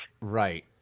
Right